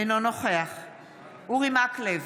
אינו נוכח אורי מקלב,